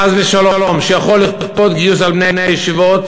חס ושלום, שיכול לכפות גיוס על בני הישיבות,